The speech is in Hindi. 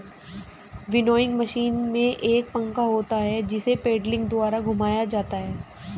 विनोइंग मशीन में एक पंखा होता है जिसे पेडलिंग द्वारा घुमाया जाता है